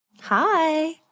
Hi